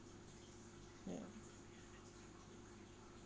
mm